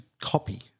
copy